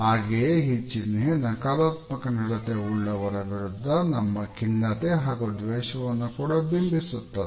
ಹಾಗೆಯೇ ಈ ಚಿನ್ಹೆ ನಕಾರಾತ್ಮಕ ನಡತೆ ಉಳ್ಳವರ ವಿರುದ್ಧ ನಮ್ಮ ಖಿನ್ನತೆ ಹಾಗೂ ದ್ವೇಷವನ್ನು ಕೂಡ ಬಿಂಬಿಸುತ್ತದೆ